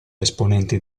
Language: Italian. esponenti